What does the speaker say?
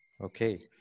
Okay